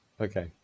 Okay